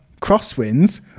crosswinds